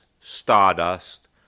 Stardust